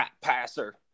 passer